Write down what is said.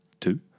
two